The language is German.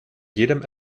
jedem